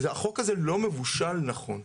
החוק הזה לא מבושל נכון,